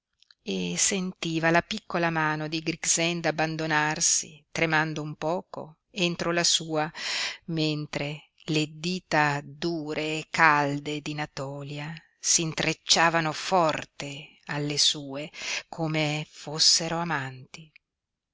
e sentiva la piccola mano di grixenda abbandonarsi tremando un poco entro la sua mentre le dita dure e calde di natòlia s'intrecciavano forte alle sue come fossero amanti